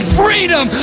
freedom